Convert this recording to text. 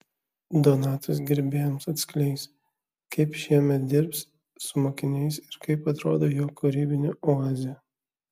donatas gerbėjams atskleis kaip šiemet dirbs su mokiniais ir kaip atrodo jo kūrybinė oazė